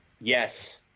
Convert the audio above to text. Yes